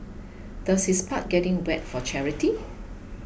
does his part getting wet for charity